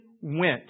went